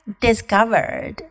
discovered